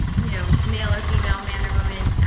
you know male or female, man or woman,